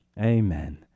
Amen